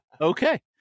Okay